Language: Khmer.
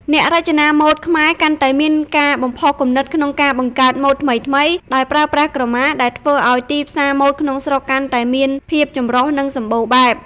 អ្នករចនាម៉ូដខ្មែរកាន់តែមានការបំផុសគំនិតក្នុងការបង្កើតម៉ូដថ្មីៗដោយប្រើប្រាស់ក្រមា ដែលធ្វើឲ្យទីផ្សារម៉ូដក្នុងស្រុកកាន់តែមានភាពចម្រុះ និងសម្បូរបែប។